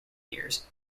years